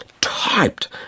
typed